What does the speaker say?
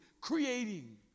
creating